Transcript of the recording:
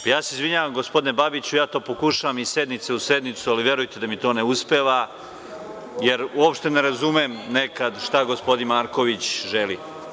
Izvinjavam se gospodine Babiću, ja to pokušavam iz sednice u sednicu, ali verujte da mi to ne uspeva, jer uopšte ne razumem nekad šta gospodin Marković želi.